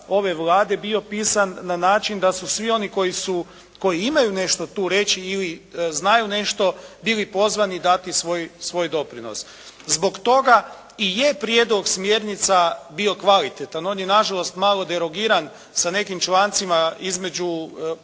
ove Vlade bio pisan na način da su svi oni koji imaju nešto tu reći ili znaju nešto, bili pozvani dati svoj doprinos. Zbog toga i je prijedlog smjernica bio kvalitetan. On je na žalost malo derogiran sa nekim člancima između te